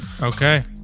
Okay